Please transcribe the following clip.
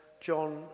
John